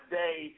day